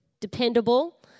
Dependable